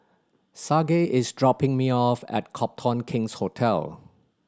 sage is dropping me off at Copthorne King's Hotel